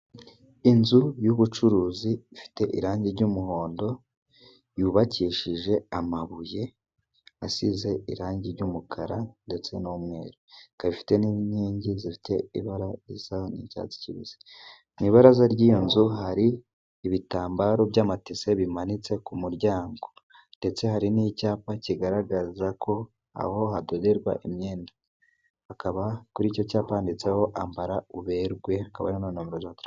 Inzu y'ubucuruzi ifite irangi ry'umuhondo, yubakishije amabuye asize irangi ry'umukara ndetse n'umweru. Afite n'inkingi zifite ibara ry'icyatsi kibisi mu ibaraza ry'iyo nzu hari ibitambaro by'amatise bimanitse ku muryango. Ndetse hari n'icyapa kigaragaza ko aho hadoderwa imyenda, akaba kuri icyo cypa handitseho ambara uberwe hakaba na nimero za telefone.